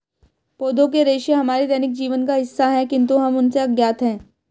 पौधों के रेशे हमारे दैनिक जीवन का हिस्सा है, किंतु हम उनसे अज्ञात हैं